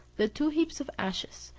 the two heaps of ashes,